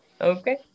Okay